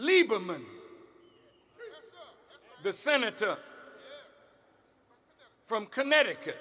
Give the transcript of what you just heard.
lieberman the senator from connecticut